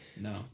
No